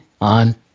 on